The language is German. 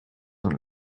und